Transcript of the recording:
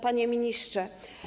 Panie Ministrze!